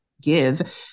give